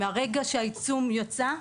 מן הרגע שהעיצום יצא.